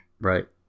Right